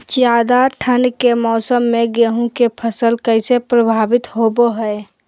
ज्यादा ठंड के मौसम में गेहूं के फसल कैसे प्रभावित होबो हय?